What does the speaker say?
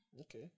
Okay